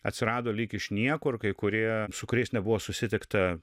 atsirado lyg iš niekur kai kurie su kuriais nebuvo susitikta